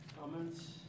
Comments